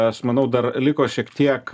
aš manau dar liko šiek tiek